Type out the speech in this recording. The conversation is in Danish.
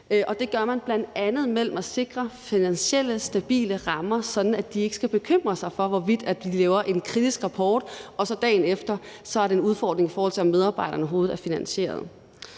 Det gør man bl.a. ved at sikre stabile finansielle rammer, sådan at de ikke skal bekymre sig for, hvorvidt de laver en kritisk rapport og det så dagen efter er en udfordring, i forhold til om medarbejderne overhovedet